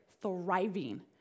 thriving